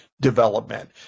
Development